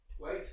Wait